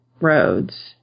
roads